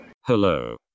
hello